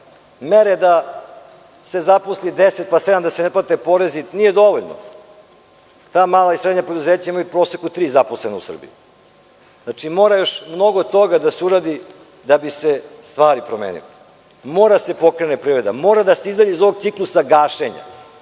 deset pa za sedam da se ne plate porezi nije dovoljno. Ta mala i srednja preduzeća imaju u proseku tri zaposlena u Srbiji. Mora još mnogo toga da se uradi da bi se stvari promenile. Mora da se pokrene privreda, mora da se izađe iz ovog ciklusa gašenja.